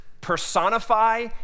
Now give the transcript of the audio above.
personify